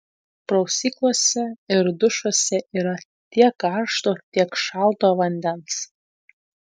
prausyklose ir dušuose yra tiek karšto tiek šalto vandens